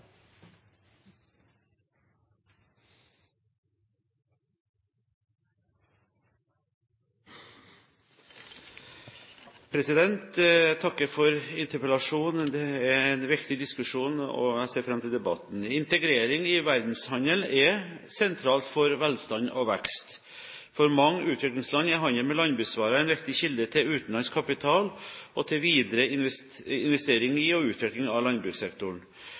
utviklingslandene. Jeg takker for interpellasjonen. Det er en viktig diskusjon, og jeg ser fram til debatten. Integrering i verdenshandelen er sentralt for velstand og vekst. For mange utviklingsland er handelen med landbruksvarer en viktig kilde til utenlandsk kapital og til videre investering i, og utvikling av, landbrukssektoren.